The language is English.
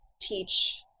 teach